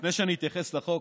לפני שאני אתייחס לחוק,